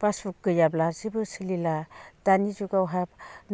passbook गैयाब्ला जेबो सोलिला दानि जुगावहा